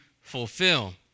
fulfill